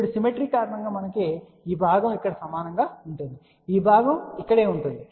ఇప్పుడు సిమెట్రీ కారణంగా ఈ భాగం ఇక్కడ సమానంగా ఉంటుంది ఈ భాగం ఇక్కడే ఉంటుంది